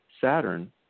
Saturn